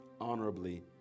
Honorably